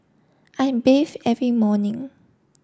I'm bathe every morning